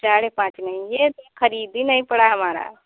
साढ़े पाँच नहीं ये तो खरीद ही नहीं पड़ा हमारा